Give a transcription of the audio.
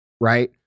right